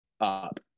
up